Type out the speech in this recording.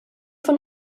von